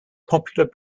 popular